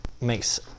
makes